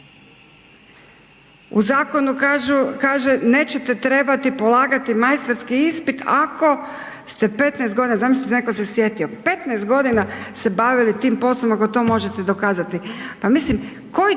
U zakonu kaže, nećete trebati polagati majstorski ispit ako ste 15 godina, zamislite, netko se sjetio, 15 godina se bavili tim poslom, ako to možete dokazati,